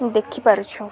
ଦେଖିପାରୁଛୁ